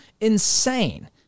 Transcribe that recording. insane